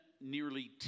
nearly